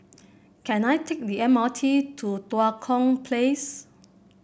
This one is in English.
can I take the M R T to Tua Kong Place